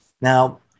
Now